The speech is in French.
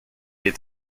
est